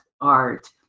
art